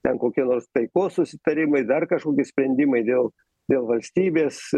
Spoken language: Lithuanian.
ten kokie nors taikos susitarimai dar kažkokie sprendimai dėl dėl valstybės